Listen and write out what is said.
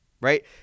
right